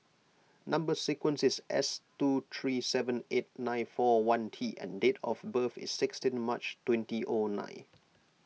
Number Sequence is S two three seven eight nine four one T and date of birth is sixteen March twenty O nine